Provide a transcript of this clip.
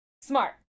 Smart